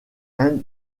and